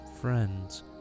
friends